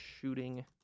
shooting